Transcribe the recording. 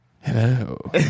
hello